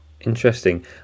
Interesting